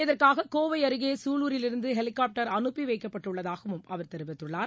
இதற்காக கோவை அருகே சூலூரிலிருந்து ஹெலிகாப்டர் அனுப்பி வைக்கப்பட்டுள்ளதாகவும் அவர் தெரிவித்துள்ளார்